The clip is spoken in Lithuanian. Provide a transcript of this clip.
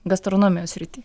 gastronomijos srity